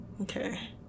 Okay